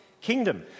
kingdom